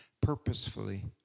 purposefully